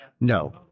No